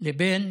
לבין